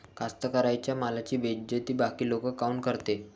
कास्तकाराइच्या मालाची बेइज्जती बाकी लोक काऊन करते?